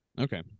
okay